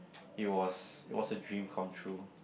it was it was a dream come true